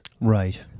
Right